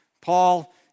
Paul